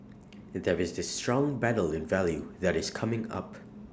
there is this strong battle in value that is coming up